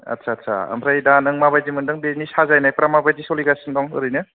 आदसा आदसा आमफ्राय दा नों माबायदि मोनदों बिनि साजायनायफ्रा मा बायदि सोलिगासनो दं ओरैनो